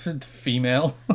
Female